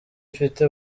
mfite